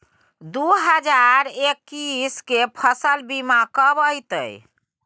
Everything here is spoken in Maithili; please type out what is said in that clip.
दु हजार एक्कीस के फसल बीमा कब अयतै?